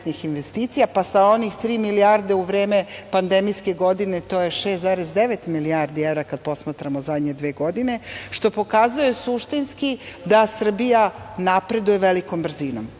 pa sa onih tri milijarde u vreme pandemijske godine, to je 6,9 milijardi evra, kad posmatramo zadnje dve godine, što pokazuje suštinski da Srbija napreduje velikom brzinom. Znači,